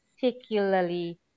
particularly